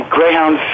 Greyhound